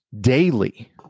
daily